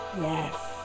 Yes